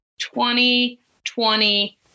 2020